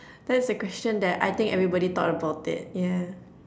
that's a question that I think everybody thought about it yeah